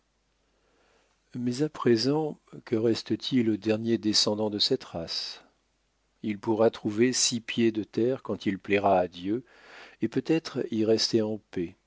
mais à présent que reste-t-il au dernier descendant de cette race il pourra trouver six pieds de terre quand il plaira à dieu et peut-être y rester en paix